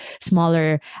smaller